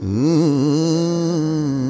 Mmm